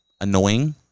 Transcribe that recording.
annoying